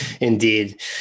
indeed